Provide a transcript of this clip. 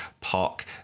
Park